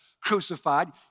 crucified